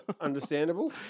understandable